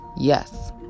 yes